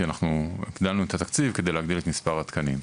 אנחנו הגדלנו את התקציב כדי להגדיל את מספר התקנים.